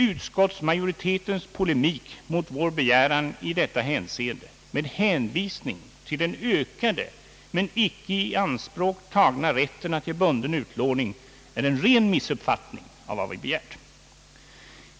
Utskottsmajoritetens polemik mot vår begäran i detta hänseende, med hänvisning till den ökade men icke i anspråk tagna rätten att ge bunden utlåning, är en ren missuppfattning av vad vi begärt.